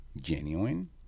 genuine